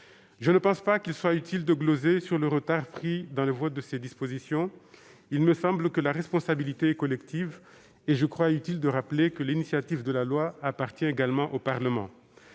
Je ne pense pas qu'il soit utile de gloser sur le retard pris dans le vote de ces dispositions. Il me semble que la responsabilité est collective. Je crois utile de rappeler que l'initiative de la loi appartient également au Parlement.